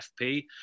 fp